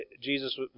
Jesus